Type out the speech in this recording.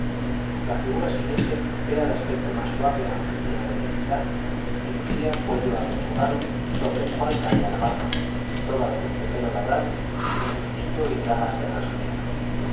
la figura siguiente era de aspecto más suave aunque lleno de dignidad y lucía cuello alechugado sobre el cual caía la barba toga de terciopelo labrado y justillo y bragas de raso negro